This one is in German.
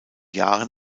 jahren